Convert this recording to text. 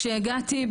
כשהגעתי,